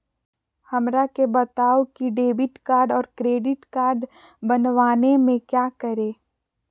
हमरा के बताओ की डेबिट कार्ड और क्रेडिट कार्ड बनवाने में क्या करें?